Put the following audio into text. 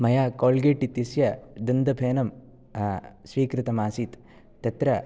मया कोलगेट् इत्यस्य दन्तफेनं स्वीकृतमासीत् तत्र